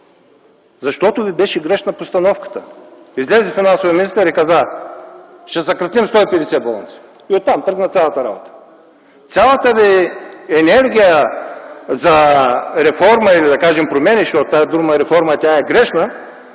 Защото ви беше грешна постановката. Излезе финансовият министър и каза: „Ще съкратим 150 болници!”, и оттам тръгна цялата работа. Цялата ви енергия за реформа или да кажем промени, защото тази дума реформа